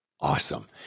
Awesome